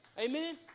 Amen